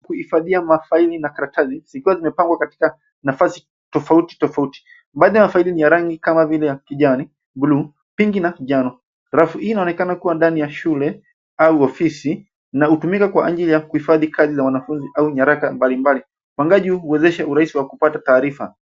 Kuhifadhia mafaili na karatasi, zikiwa zimepangwa katika nafasi tofauti tofauti. Moja ya faili ni ya rangi kaa vile ya kijani, blue , pingi, na njano. Rafu hii inaonekana kua ndani ya shule au ofisi, na hutumika kwa ajili ya kuhifadhi kazi za wanafunzi au nyaraka mbali mbali. Upangaji uwezesha urahisi ya kupata taarifa.